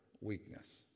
weakness